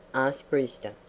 asked brewster.